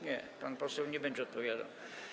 Nie, pan poseł nie będzie odpowiadał.